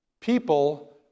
people